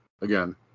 again